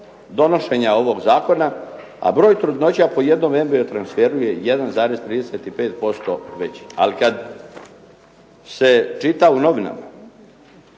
donošenja ovog zakona, a broj trudnoća po jednom embrio transferu je 1,35% veći. Ali kad se čita u novinama,